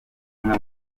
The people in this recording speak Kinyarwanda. umwe